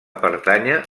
pertànyer